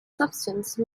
substance